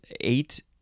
eight